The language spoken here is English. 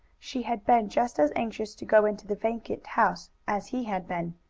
she had been just as anxious to go into the vacant house as he had been.